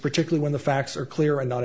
particularly when the facts are clear and not